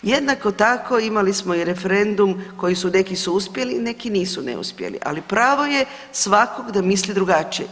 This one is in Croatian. Jednako tako imali smo i referendum koji neki su uspjeli neki nisu neuspjeli, ali pravo je svakog da misli drugačije.